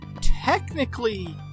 technically